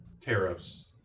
tariffs